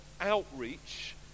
outreach